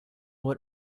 what